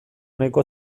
nahiko